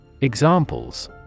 Examples